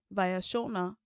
variationer